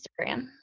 Instagram